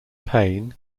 pain